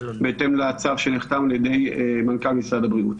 בהתאם לצו שנחתם על ידי מנכ"ל משרד הבריאות.